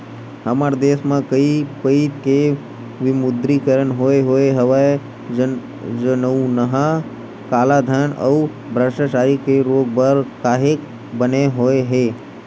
हमर देस म कइ पइत के विमुद्रीकरन होय होय हवय जउनहा कालाधन अउ भस्टाचारी के रोक बर काहेक बने होय हे